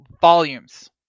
volumes